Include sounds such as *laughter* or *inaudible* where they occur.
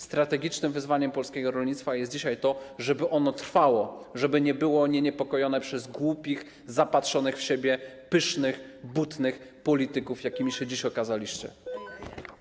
Strategicznym wyzwaniem polskiego rolnictwa jest dzisiaj to, żeby ono trwało, żeby nie było niepokojone przez głupich, zapatrzonych w siebie, pysznych, butnych polityków, *noise* jakimi się dziś okazaliście.